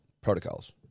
Protocols